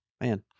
Man